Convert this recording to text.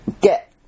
get